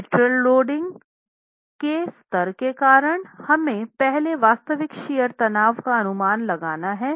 lateral loading के स्तर के कारण हमें पहले वास्तविक शियर तनाव का अनुमान लगाना है